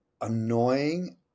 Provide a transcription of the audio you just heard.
annoying